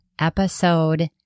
Episode